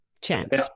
chance